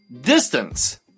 distance